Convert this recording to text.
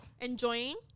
Enjoying